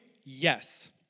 Yes